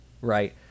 right